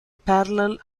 parallel